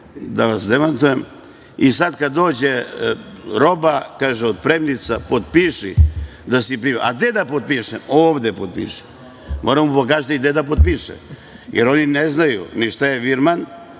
da vas demantujem. I sada kada dođe roba, kaže otpremnica, potpiši da si bio, a gde da potpišem, ovde potpiši. Mora da mu pokažete i gde da potpiše, jer oni ne znaju ni šta je virman,